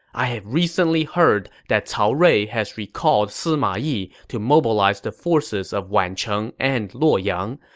i have recently heard that cao rui has recalled sima yi to mobilize the forces of wancheng and luoyang.